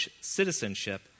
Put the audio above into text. citizenship